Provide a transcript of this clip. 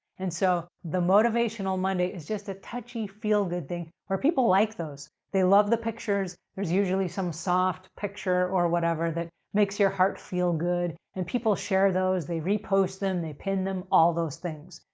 and so, the motivational monday is just a touchy feel good thing where people like those. they love the pictures. there's usually some soft picture or whatever that makes your heart feel good and people share those. they repost them. they pin them, all those things.